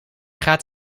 gaat